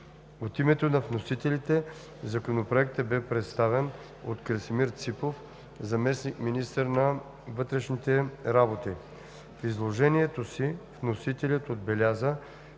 От името на вносителите Законопроектът бе представен от Красимир Ципов – заместник-министър на вътрешните работи. В изложението си вносителят отбеляза,